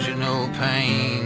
no pain